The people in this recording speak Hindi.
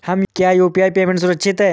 क्या यू.पी.आई पेमेंट सुरक्षित है?